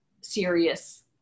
serious